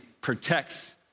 protects